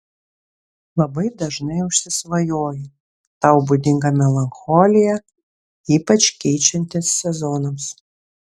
labai dažnai užsisvajoji tau būdinga melancholija ypač keičiantis sezonams